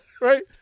Right